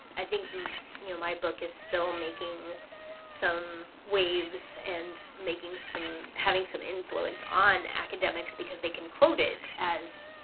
i think you know, my book is still making some waves and making some, having some influence on academics because they can quote it as,